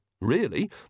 Really